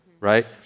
right